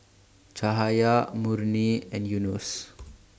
Cahaya Murni and Yunos